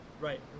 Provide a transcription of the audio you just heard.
Right